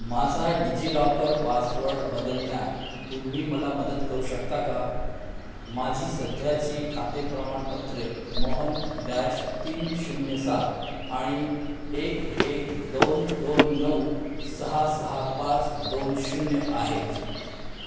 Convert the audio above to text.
माझा DigiLocker password बदलण्यात तुम्ही मला मदत करू शकता का माझी सध्याची खाते प्रमाणपत्रे मोहन डॅश तीन शून्य सात आणि एक एक दोन दोन नऊ सहा सहा पाच दोन शून्य आहेत